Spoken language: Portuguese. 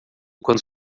quando